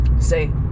say